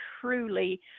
truly